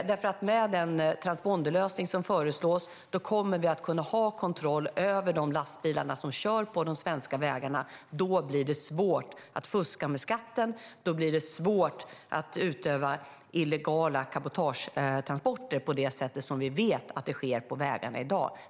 Med den transponderlösning som föreslås kommer vi att kunna ha kontroll över de lastbilar som kör på de svenska vägarna. Då blir det svårt att fuska med skatten och utöva illegala cabotagetransporter på det sätt vi vet sker på vägarna i dag.